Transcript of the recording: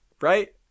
right